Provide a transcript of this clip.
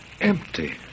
Empty